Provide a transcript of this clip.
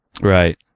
Right